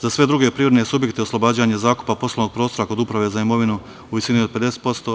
Za sve druge privredne subjekte oslobođenje zakupa poslovnog prostora kod Uprave za imovinu u visini od 50%